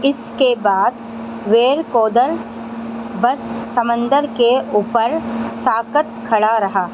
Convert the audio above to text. اس کے بعد وین کودن بس سمندر کے اوپر ساکت کھڑا رہا